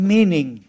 Meaning